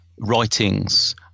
writings